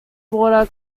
border